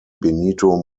benito